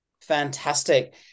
Fantastic